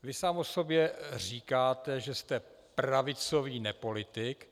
Vy sám o sobě říkáte, že jste pravicový nepolitik.